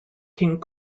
king